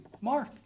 Mark